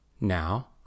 Now